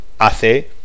hace